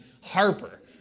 Harper